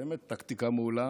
באמת טקטיקה מעולה.